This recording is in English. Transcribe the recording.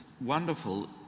wonderful